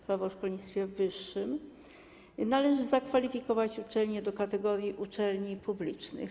Prawo o szkolnictwie wyższym należy zakwalifikować uczelnię do kategorii uczelni publicznych.